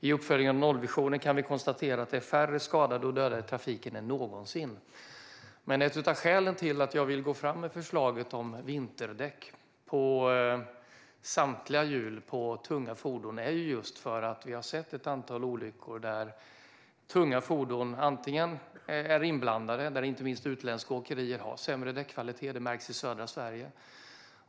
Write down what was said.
I uppföljningen av nollvisionen kan vi konstatera att det är färre än någonsin som skadas eller dör i trafiken. Ett av skälen till att jag vill gå fram med förslaget om vinterdäck på samtliga hjul på tunga fordon är just att vi har sett ett antal olyckor där tunga fordon är inblandade. Inte minst är det så att utländska åkerier har sämre däckkvalitet, vilket märks i södra Sverige.